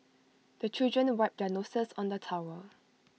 the children wipe their noses on the towel